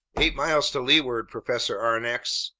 eight miles to leeward, professor aronnax,